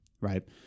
right